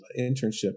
internship